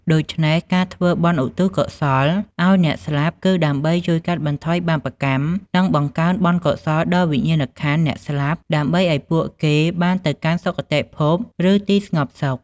ដូច្នេះ ការធ្វើបុណ្យឧទ្ទិសកុសលឲ្យអ្នកស្លាប់ គឺដើម្បីជួយកាត់បន្ថយបាបកម្ម និងបង្កើនបុណ្យកុសលដល់វិញ្ញាណក្ខន្ធអ្នកស្លាប់ ដើម្បីឲ្យពួកគេបានទៅកាន់សុគតិភព ឬទីស្ងប់សុខ។